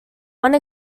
one